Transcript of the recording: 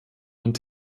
und